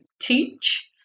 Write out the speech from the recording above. teach